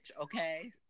okay